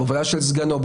בהובלה של סגנו,